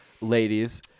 ladies